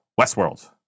Westworld